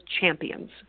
champions